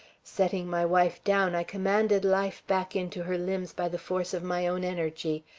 setting my wife down, i commanded life back into her limbs by the force of my own energy,